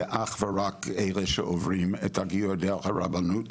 אך ורק אלה שעוברים את הגיור דרך הרבנות,